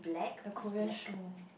a Korean show